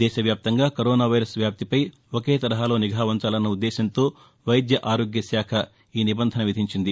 దేశవ్యాప్తంగా corona virus వ్యాప్తిపై ఒకే తరహాలో నిఘా ఉంచాలన్న ఉద్దేశంతో వైద్యఆరోగ్యశాఖ ఈ నిబంధన విధించింది